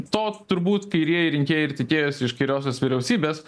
to turbūt kairieji rinkėjai ir tikėjosi iš kairiosios vyriausybės